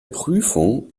prüfung